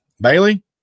Bailey